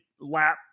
lap